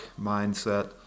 mindset